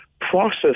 process